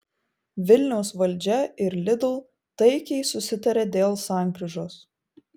vilniaus valdžia ir lidl taikiai susitarė dėl sankryžos